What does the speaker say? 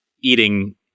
eating